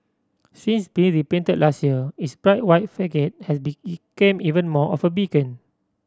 since being repainted last year its bright white facade has even more of a beacon